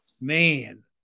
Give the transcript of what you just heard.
Man